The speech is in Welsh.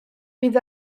bydd